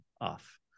off